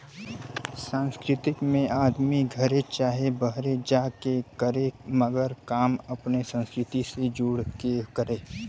सांस्कृतिक में आदमी घरे चाहे बाहरे जा के करे मगर काम अपने संस्कृति से जुड़ के करे